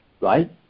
right